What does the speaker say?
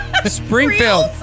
Springfield